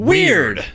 Weird